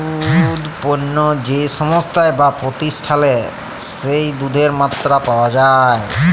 দুধ পণ্য যে সংস্থায় বা প্রতিষ্ঠালে যেই দুধের মাত্রা পাওয়া যাই